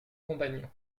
compagnon